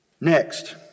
Next